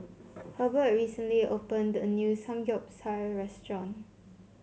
Hebert recently opened a new Samgeyopsal restaurant